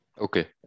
Okay